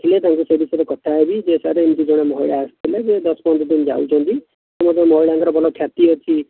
ଆସିଲେ ତାଙ୍କୁ ସେ ବିଷୟରେ କଥା ହେବି ଯେ ସାର୍ ଏମିତି ଜଣେ ମହିଳା ଆସିଥିଲେ ଯେ ଦଶ ପନ୍ଦର ଦିନ ଯାଉଛନ୍ତି ଯେ ମହିଳାଙ୍କ ଭଲ ଖ୍ୟାତି ଅଛି